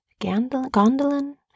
Gondolin